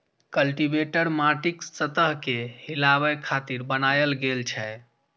cultivator माटिक सतह कें हिलाबै खातिर बनाएल गेल छै